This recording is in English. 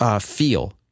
feel